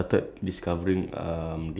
this was like a few